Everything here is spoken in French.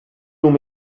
long